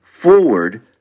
forward